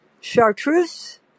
chartreuse